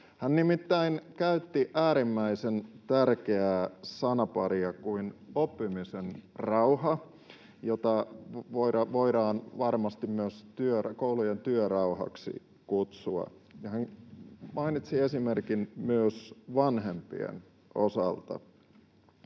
Hän nimittäin käytti sellaista äärimmäisen tärkeää sanaparia kuin oppimisen rauha, jota voidaan varmasti myös koulujen työrauhaksi kutsua, ja hän mainitsi esimerkin myös vanhempien osalta.